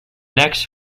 next